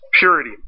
purity